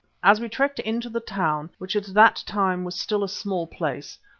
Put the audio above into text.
as we trekked into the town, which at that time was still a small place,